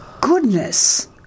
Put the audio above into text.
goodness